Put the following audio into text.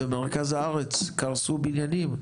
במרכז הארץ קרסו בניינים,